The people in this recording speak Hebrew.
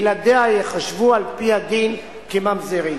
ילדיה ייחשבו על-פי הדין כממזרים.